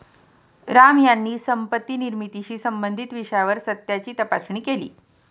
राम यांनी संपत्ती निर्मितीशी संबंधित विषयावर सत्याची तपासणी केली